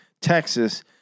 Texas